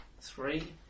Three